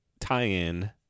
tie-in